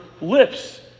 lips